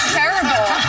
terrible